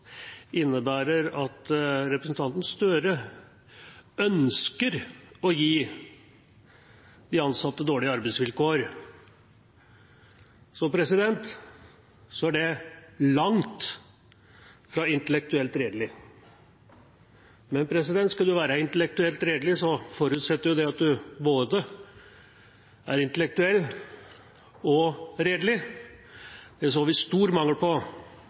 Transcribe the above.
innebærer at representanten Gahr Støre ønsker å gi de ansatte dårlige arbeidsvilkår, er det langt fra intellektuelt redelig. Men skal en være intellektuelt redelig, forutsetter det at en både er intellektuell og redelig. Det så vi stor mangel på